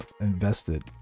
invested